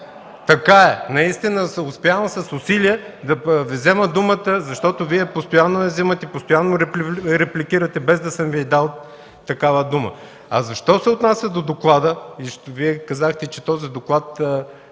Така е. Наистина успявам с усилие да взема думата, защото Вие постоянно я взимате, постоянно репликирате, без да съм Ви дал такава дума. А що се отнася до доклада, Вие казахте, че този доклад